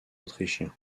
autrichiens